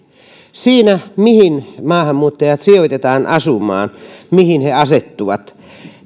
siinä mihin maahanmuuttajat sijoitetaan asumaan mihin he asettuvat